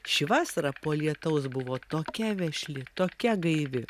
ši vasara po lietaus buvo tokia vešli tokia gaivi